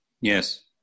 Yes